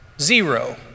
zero